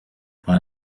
but